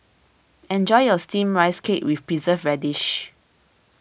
enjoy your Steamed Rice Cake with Preserved Radish